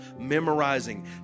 memorizing